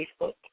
Facebook